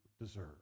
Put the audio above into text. deserve